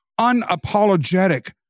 unapologetic